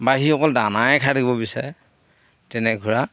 বা সি অকল দানাই খাই থাকিব বিচাৰে তেনে ঘোঁৰা